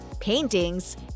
paintings